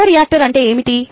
bioreactor అంటే ఏమిటి